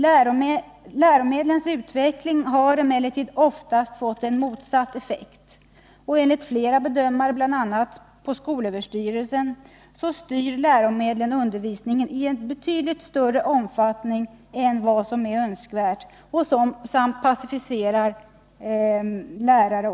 Läromedlens utveckling har emellertid oftast fått en motsatt effekt. Enligt flera bedömare, bl.a. på SÖ, styr läromedlen undervisningen i en betydligt större omfattning än vad som är önskvärt samt passiviserar lärare .